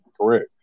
correct